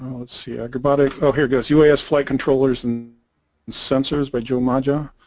see yeah robotics oh here goes us flight controllers and sensors by joe majha